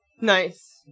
Nice